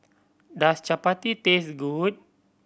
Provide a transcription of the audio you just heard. does Chapati taste good